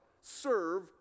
serve